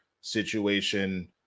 situation